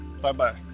Bye-bye